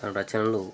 తన రచనలు